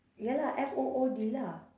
ya lah F O O D lah